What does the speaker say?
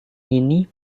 ini